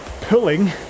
pulling